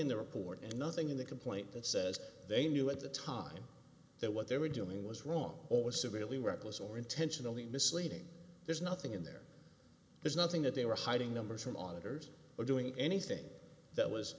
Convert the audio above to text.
in the report and nothing in the complaint that says they knew at the time that what they were doing was wrong or severely reckless or intentionally misleading there's nothing in their there's nothing that they were hiding numbers from monitors or doing anything that was